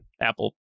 Apple